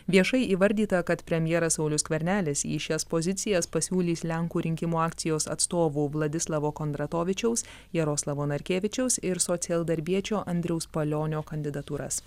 viešai įvardyta kad premjeras saulius skvernelis į šias pozicijas pasiūlys lenkų rinkimų akcijos atstovų vladislavo kondratovičiaus jaroslavo narkėvičiaus ir socialdarbiečio andriaus palionio kandidatūras